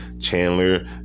Chandler